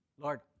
Lord